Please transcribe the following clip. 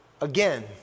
again